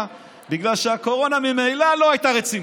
בגלל שהקורונה ממילא לא הייתה רצינית.